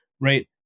right